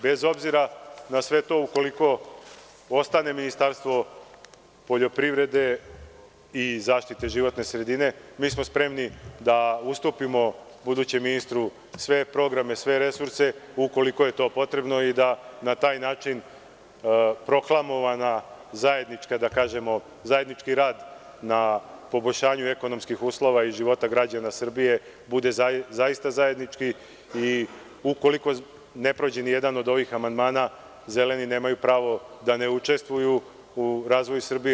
Bez obzira na sve to, ukoliko ostane Ministarstvo poljoprivrede i zaštite životne sredine mi smo spremni da ustupimo budućem ministru sve programe, sve resurse ukoliko je to potrebno i da na taj način proklamovan zajednički rad na poboljšanju ekonomskih uslova i života građana Srbije bude zaista zajednički i ukoliko ne prođe ni jedan od ovih amandmana „zeleni“ nemaju pravo da ne učestvuje u razvoju Srbije.